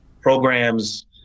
programs